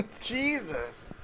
Jesus